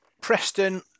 Preston